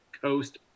coast